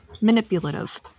manipulative